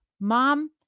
Mom